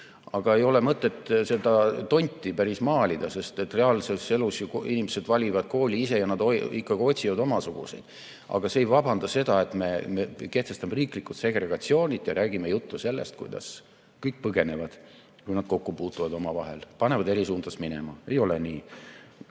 Aga ei ole mõtet seda tonti päris maalida, sest et reaalses elus inimesed valivad kooli ise ja nad ikkagi otsivad omasuguseid. Aga see ei vabanda seda, et me kehtestame riiklikud segregatsioonid ja räägime juttu sellest, kuidas kõik põgenevad, kui nad kokku puutuvad omavahel, panevad eri suunas minema. Ei ole nii.